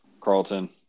Carlton